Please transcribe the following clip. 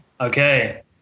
Okay